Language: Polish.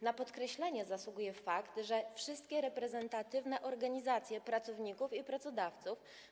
Na podkreślenie zasługuje fakt, że wszystkie reprezentatywne organizacje pracowników i pracodawców,